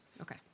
Okay